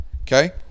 Okay